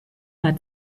war